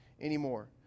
anymore